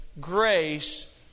grace